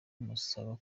musaba